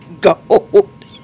Gold